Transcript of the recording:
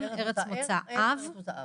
"ארץ מוצא אב",